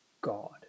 God